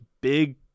big